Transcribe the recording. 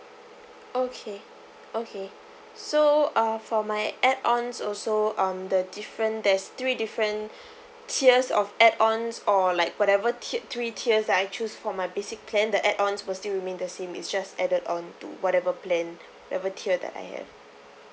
okay okay so uh for my add ons also on the different there's three different tiers of add ons or like whatever tier three tiers that I choose for my basic plan the add ons will still remain the same it's just added on to whatever plan whatever tier that I have